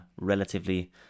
relatively